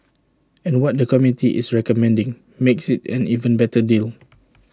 and what the committee is recommending makes IT an even better deal